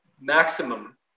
Maximum